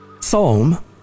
Psalm